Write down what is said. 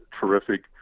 terrific